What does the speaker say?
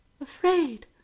afraid